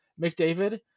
McDavid